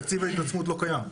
תקציב ההתעצמות לא קיים.